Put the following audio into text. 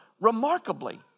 Remarkably